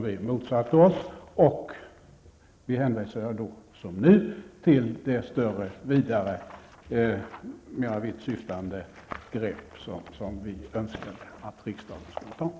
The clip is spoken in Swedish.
Vi motsatte oss denna och hänvisade, då som nu, till det större, vidare och mer vitt syftande grepp som vi önskade att riksdagen skulle ta.